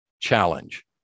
challenge